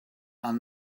are